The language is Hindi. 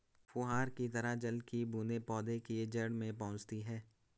फुहार की तरह जल की बूंदें पौधे के जड़ में पहुंचती है